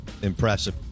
impressive